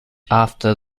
after